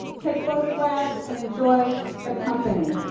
take photographs and enjoy the company.